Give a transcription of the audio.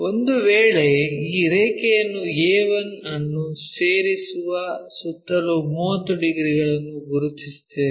ಒಂದು ವೇಳೆ ಈ ರೇಖೆಯನ್ನು a1 ಅನ್ನು ಸೇರಿಸುವ ಸುತ್ತಲೂ 30 ಡಿಗ್ರಿಗಳನ್ನು ಗುರುತಿಸುತ್ತೇವೆ